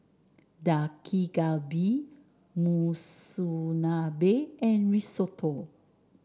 Dak Galbi Monsunabe and Risotto